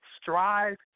strive